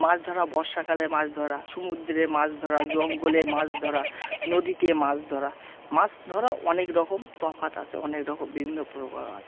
মাছ ধরা বর্ষাকালে মাছ ধরা সমুদ্রে মাছ ধরা জঙ্গলে মাছ ধরা নদীতে মাছ ধরা মাছ ধরা অনেক রকম তফাৎ আছে অনেক রকম বিভিন্ন প্রভাব আছে